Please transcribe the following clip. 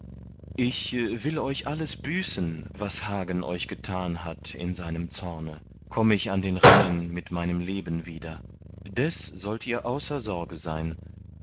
ich will euch alles büßen was hagen euch getan hat in seinem zorne komm ich an den rhein mit meinem leben wieder des sollt ihr außer sorge sein